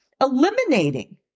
eliminating